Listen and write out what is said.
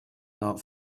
not